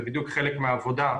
זה בדיוק חלק מהעבודה.